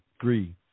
three